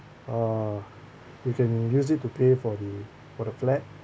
uh you can use it to pay for the for the flat